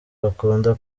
bakunda